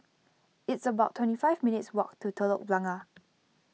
it's about twenty five minutes' walk to Telok Blangah